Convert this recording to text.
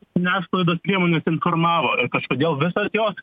žiniasklaidos priemonės informavo ir kažkodėl visos jos